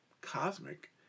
cosmic